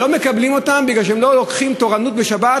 לא מקבלים אותם מפני שהם לא לוקחים תורנות בשבת